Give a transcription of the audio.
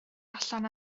allan